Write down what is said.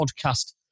podcast